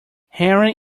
henry